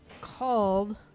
called